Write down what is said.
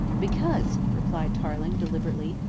because, replied tarling deliberately,